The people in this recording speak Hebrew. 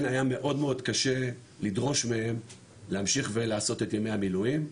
היה מאוד מאוד קשה לדרוש מהם להמשיך ולעשות את ימי המילואים.